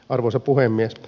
arvoisa puhemies